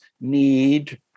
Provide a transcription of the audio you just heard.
need